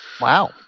Wow